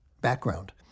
Background